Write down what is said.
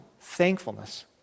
thankfulness